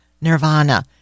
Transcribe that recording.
nirvana